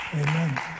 Amen